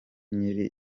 nyiri